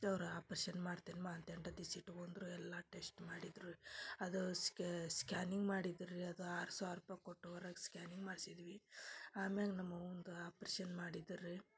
ಅವ್ರ ಆಪ್ರೇಷನ್ ಮಾಡ್ತೀನಿ ಬಾ ಅಂತ ಎಂಟು ಹತ್ತು ದಿವಸ ಇಟ್ಕೊಂಡರು ಎಲ್ಲ ಟೆಶ್ಟ್ ಮಾಡಿದ್ದರು ಅದು ಸ್ಕ್ಯಾನಿಂಗ್ ಮಾಡಿದ್ರು ರೀ ಅದು ಆರು ಸಾವಿರ ರೂಪಾಯಿ ಕೊಟ್ಟು ಹೊರಗೆ ಸ್ಕ್ಯಾನಿಂಗ್ ಮಾಡ್ಸಿದ್ವಿ ಆಮ್ಯಾಗ ನಮ್ಮ ಅವ್ವಂದು ಆಪ್ರೇಷನ್ ಮಾಡಿದ್ದು ರೀ